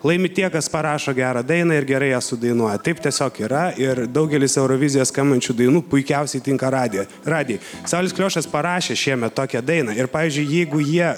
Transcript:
laimi tie kas parašo gerą dainą ir gerai ją sudainuoja taip tiesiog yra ir daugelis eurovizijoje skambančių dainų puikiausiai tinka radijo radijui saulės kliošas parašė šiemet tokią dainą ir pavyzdžiui jeigu jie